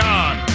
God